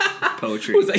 Poetry